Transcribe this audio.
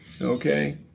Okay